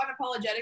Unapologetic